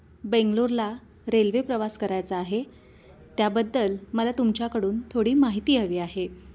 बेंगलोरला railway प्रवास करायचा आहे त्याबद्दल मला तुमच्याकडून थोडी माहिती हवी आहे